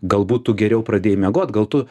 galbūt tu geriau pradėjai miegot gal tu